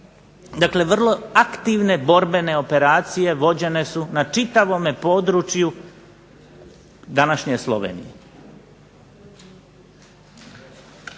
Dakle, vrlo aktivne borbene operacije vođene su na čitavom području današnje Slovenije.